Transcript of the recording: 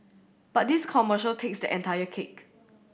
but this commercial takes the entire cake